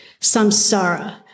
samsara